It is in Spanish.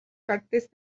partes